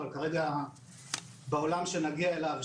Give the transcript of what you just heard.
אבל כרגע בעולם שנגיע אליו,